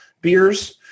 beers